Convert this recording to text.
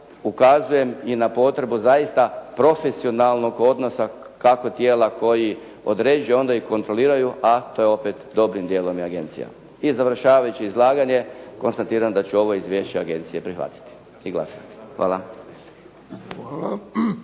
ukazujem i na potrebu zaista profesionalnog odnosa kako tijela koji određuju onda i kontroliraju, a to je opet dobrim dijelom i agencija. I završavajući izlaganje konstatiram da ću ovo izvješće agencije prihvatiti i glasovati.